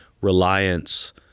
reliance